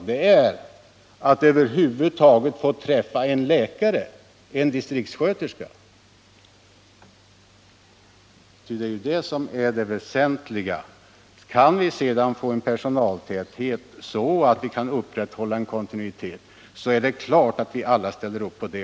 Problemet är att över huvud taget få träffa en läkare eller en distriktssköterska. Det är ändå det väsentliga. Kan vi få en sådan personaltäthet att det kan bli kontinuitet i vården är det klart att vi alla ställer upp på det.